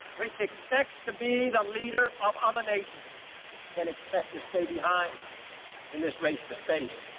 which expects to be the leader of other nations can expect to stay behind in this race for space,